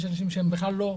יש אנשים שהם בכלל לא במערכת.